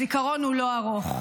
הזיכרון הוא לא ארוך.